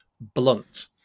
blunt